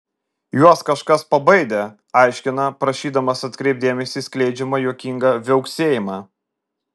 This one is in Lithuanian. juos kažkas pabaidė aiškina prašydamas atkreipti dėmesį į skleidžiamą juokingą viauksėjimą